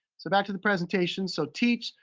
so back to the presentation. so teach,